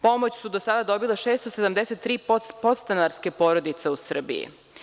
Pomoć su do sada dobile 673 podstanarske porodice u Srbiji.